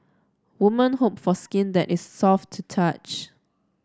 woman hope for skin that is soft to touch